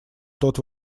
тот